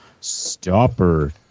stopper